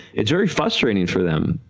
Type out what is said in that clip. it's very frustrating for them,